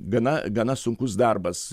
gana gana sunkus darbas